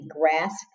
grasp